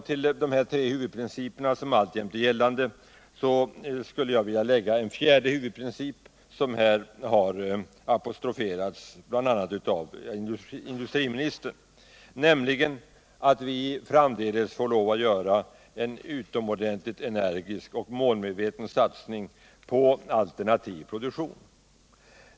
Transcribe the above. Till de här tre huvudprinciperna, som alltjämt är gällande, skulle jag vilja lägga en fjärde huvudprincip, som här har apostroferats av bl.a. industriministern, nämligen att vi parallellt får lov att göra en utomordentligt energisk och målmedveten satsning på alternativ produktion.